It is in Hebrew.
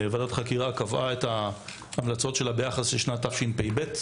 ועדת החקירה קבעה את ההמלצות שלה ביחס לשנת תשפ"ב.